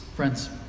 Friends